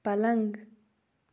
پلنٛگ